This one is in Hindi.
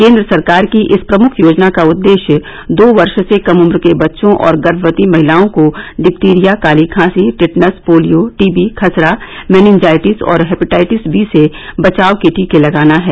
केन्द्र सरकार की इस प्रमुख योजना का उद्देश्य दो वर्ष से कम उम्र के बच्चों और गर्मवती महिलाओं को डिथिरिया काली खांसी टिटनेस पोलियो टीबी खसरा मेनिनजाइटिस और हेपेटाइटिस बी से बचाव के टीके लगाना है